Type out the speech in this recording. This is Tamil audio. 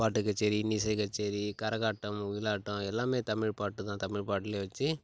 பாட்டு கச்சேரி இன்னிசை கச்சேரி கரகாட்டம் ஒயிலாட்டம் எல்லாமே தமிழ் பாட்டுதான் தமிழ் பாட்டிலயே வச்சு